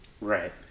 right